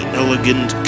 elegant